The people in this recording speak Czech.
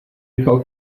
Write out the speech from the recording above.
nechal